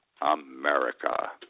America